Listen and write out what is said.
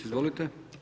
Izvolite.